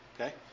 okay